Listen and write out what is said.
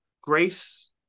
Grace